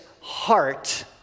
heart